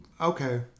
Okay